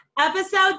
Episode